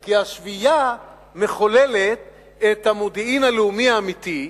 כי השביעייה מחוללת את המודיעין הלאומי האמיתי.